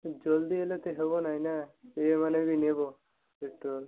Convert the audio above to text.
ଜଲ୍ଦି ହେଲେ ତ ହେବ ନାହିଁ ନାଁ ଏ ମାନେ ବି ନେବ ପେଟ୍ରୋଲ୍